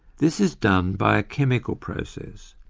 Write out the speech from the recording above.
this is done by a chemical process,